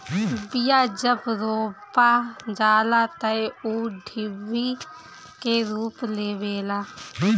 बिया जब रोपा जाला तअ ऊ डिभि के रूप लेवेला